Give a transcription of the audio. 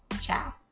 ciao